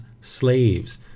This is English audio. slaves